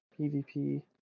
PvP